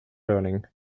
learning